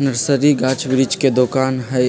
nursery गाछ वृक्ष के दोकान हइ